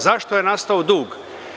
Zašto je nastao dug?